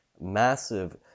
massive